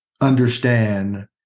understand